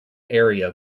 area